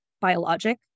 biologic